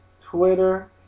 Twitter